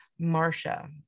Marsha